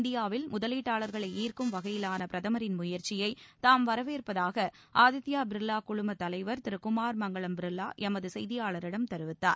இந்தியாவில் முதலீட்டாளர்களை ஈர்க்கும் வகையிலாள பிரதமரின் முயற்சியை தாம் வரவேற்பதாக ஆதித்ய பிர்லா குழும தலைவர் திரு குமார் மங்களம் பிர்லா எமது செய்தியாளரிடம் தெரிவித்தார்